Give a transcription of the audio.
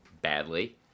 badly